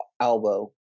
elbow